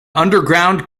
underground